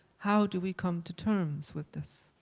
how do we come to terms with this?